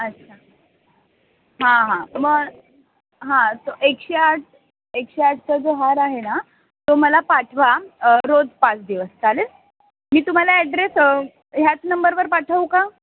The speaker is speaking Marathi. अच्छा हां हां मग हां तो एकशे आठ एकशे आठचा जो हार आहे ना तो मला पाठवा रोज पाच दिवस चालेल मी तुम्हाला ॲड्रेस ह्याच नंबरवर पाठवू का